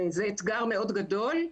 זה אתגר מאוד גדול.